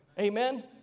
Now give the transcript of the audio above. amen